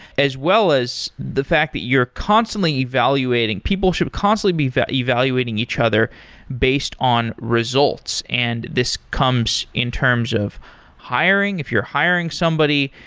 as well as the fact that you're constantly evaluating people should constantly be evaluating each other based on results and this comes in terms of hiring, if you're hiring somebody.